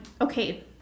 okay